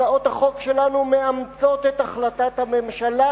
הצעות החוק שלנו מאמצות את החלטת הממשלה,